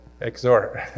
Exhort